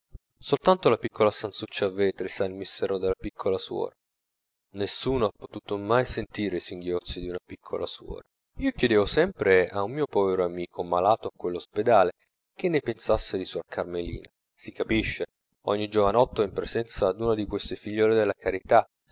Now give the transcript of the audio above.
soltanto la piccola stanzuccia a vetri sa il mistero della piccola suora nessuno ha potuto mai sentire i singhiozzi di una piccola suora io chiedevo sempre a un mio povero amico malato a quello spedale che ne pensasse di suor carmelina si capisce ogni giovanotto in presenza d'una di queste figlie della carità